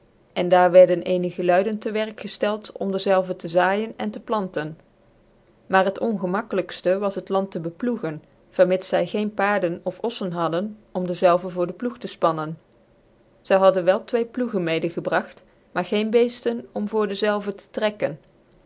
en daar wierden eenige luiden tc werk gcftcld om dczjve tc zaaijen en te planten maar het ongcmakkclvkftc was het land te beploegen vermits zy peen paarden of ollcn hadden om dezelve voor dc ploeg tc fpanncn zy hadden wel twee ploegen mede gebragt maar geen beesten om voor dezelve tc trekken